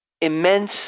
immense